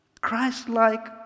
Christ-like